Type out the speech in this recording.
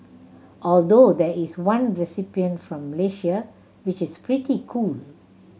although there is one recipient from Malaysia which is pretty cool